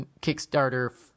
kickstarter